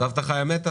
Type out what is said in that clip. "סבתא חיה מתה".